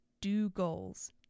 do-goals